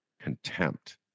contempt